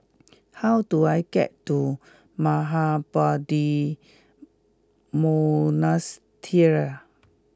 how do I get to Mahabodhi Monastery